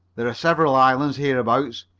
there are several islands hereabouts,